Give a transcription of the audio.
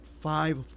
five